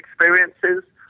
experiences